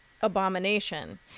abomination